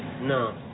No